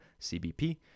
CBP